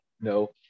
No